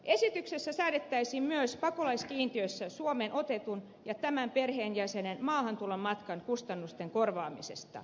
esityksessä säädettäisiin myös pakolaiskiintiössä suomeen otetun ja tämän perheenjäsenen maahantulomatkan kustannusten korvaamisesta